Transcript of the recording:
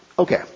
Okay